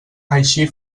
així